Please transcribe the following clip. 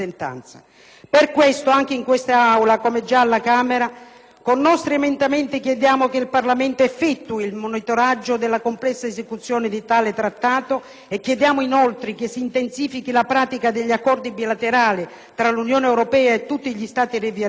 Perciò anche in quest'Aula, come già alla Camera, con i nostri emendamenti chiediamo che il Parlamento effettui il monitoraggio della complessa esecuzione di tale Trattato e che si intensifichi la pratica degli accordi bilaterali tra l'Unione europea e tutti gli Stati rivieraschi,